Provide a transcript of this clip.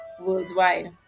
worldwide